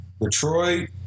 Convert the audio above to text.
Detroit